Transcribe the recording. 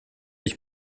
ich